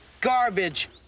garbage